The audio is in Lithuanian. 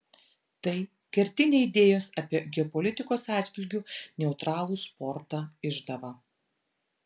tai kertinė idėjos apie geopolitikos atžvilgiu neutralų sportą išdava